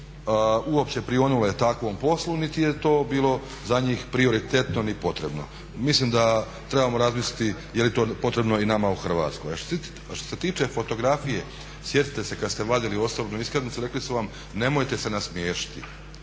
uopće prionule takvom poslu niti je to bilo za njih prioritetno ni potrebno. Mislim da trebamo razmisliti je li to potrebno i nama u Hrvatskoj. A što se tiče fotografije, sjetite se kad ste vadili osobnu iskaznicu rekli su vam nemojte se nasmiješiti,